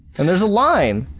and there's a line.